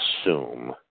assume